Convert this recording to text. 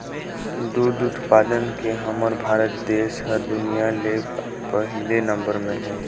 दूद उत्पादन में हमर भारत देस हर दुनिया ले पहिले नंबर में हे